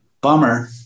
Bummer